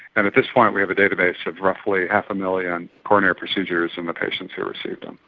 and at this point we have a database of roughly half a million coronary procedures and the patients who received them.